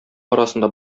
арасында